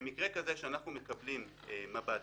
במקרה שאנחנו מקבלים מב"דים,